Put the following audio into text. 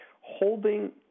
holding